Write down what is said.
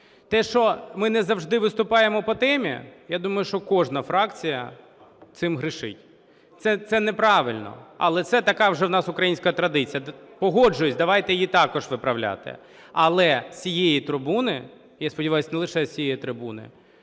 Те, що ми не завжди виступаємо по темі, я думаю, що кожна фракція цим грішить. Це неправильно, але це така вже у нас українська традиція. Погоджуюсь, давайте її також виправляти. Але з цієї трибуни, я сподіваюсь, не лише з цієї трибуни,